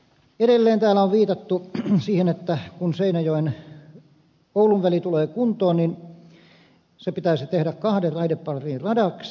edelleen täällä on viitattu siihen että kun seinäjokioulu väli tulee kuntoon se pitäisi tehdä kahden raideparin radaksi